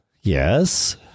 Yes